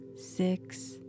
six